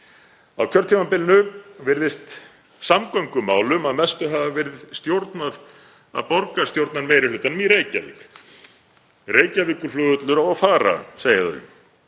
Á kjörtímabilinu virðist samgöngumálum að mestu hafa verið stjórnað af borgarstjórnarmeirihlutanum í Reykjavík. „Reykjavíkurflugvöllur á að fara“, segja þau,